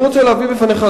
אני רוצה להביא בפניך,